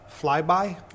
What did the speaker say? flyby